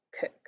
Cook